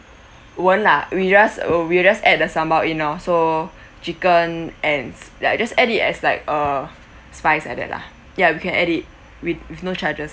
won't lah we just we just add the sambal in lor so chicken and s~ ya just add it as like a spice like that lah ya we can add it with with no charges